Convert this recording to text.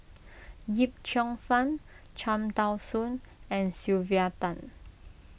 Yip Cheong Fun Cham Tao Soon and Sylvia Tan